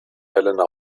helena